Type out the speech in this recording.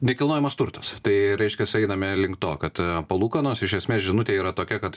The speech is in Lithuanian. nekilnojamas turtas tai reiškias einame link to kad palūkanos iš esmės žinutė yra tokia kad